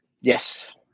Yes